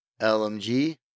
LMG